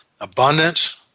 abundance